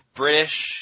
British